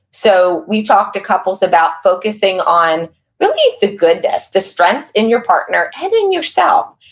so we talk to couples about focusing on really the goodness, the strengths in your partner, and in yourself.